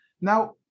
Now